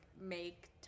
make